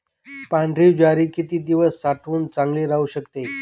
पांढरी ज्वारी किती दिवस साठवून चांगली राहू शकते?